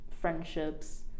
friendships